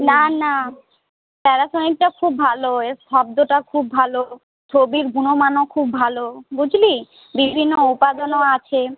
না না প্যারাসোনিকটা খুব ভালো এর শব্দটা খুব ভালো ছবির গুণমানও খুব ভালো বুঝলি বিভিন্ন উপাদানও আছে